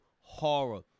horror